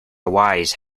wise